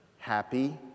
Happy